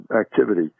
activity